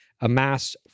amassed